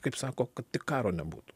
kaip sako kad tik karo nebūtų